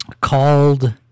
called